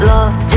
Love